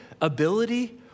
ability